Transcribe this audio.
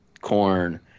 corn